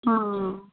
ਹਾਂ